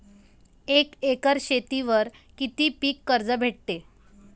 एक एकर शेतीवर किती पीक कर्ज भेटते?